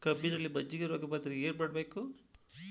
ಕಬ್ಬಿನಲ್ಲಿ ಮಜ್ಜಿಗೆ ರೋಗ ಬಂದರೆ ಏನು ಮಾಡಬೇಕು?